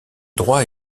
droit